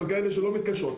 ואפילו גם כאלה שלא מתקשות,